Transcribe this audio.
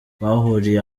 bahuriye